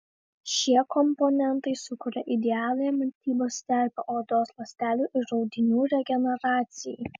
šie komponentai sukuria idealią mitybos terpę odos ląstelių ir audinių regeneracijai